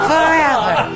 Forever